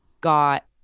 got